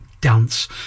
Dance